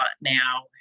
now